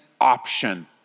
option